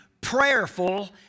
prayerful